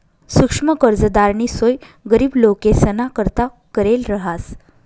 सुक्ष्म कर्जनी सोय गरीब लोकेसना करता करेल रहास